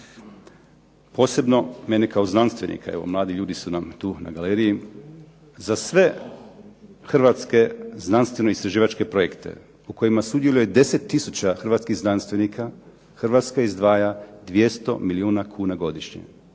Posebno mene kao znanstvenika, evo mladi ljudi su nam tu na galeriji, za sve hrvatske znanstveno-istraživačke projekte u kojima sudjeluje 10000 hrvatskih znanstvenika Hrvatska izdvaja 200 milijuna kuna godišnje.